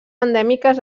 endèmiques